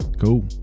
Cool